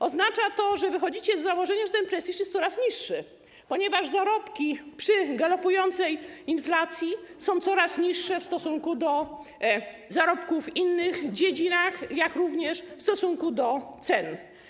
Oznacza to, że wychodzicie z założenia, że ten prestiż jest coraz niższy, ponieważ zarobki przy galopującej inflacji są coraz niższe w stosunku do zarobków w innych dziedzinach, jak również w stosunku do cen.